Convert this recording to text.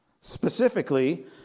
Specifically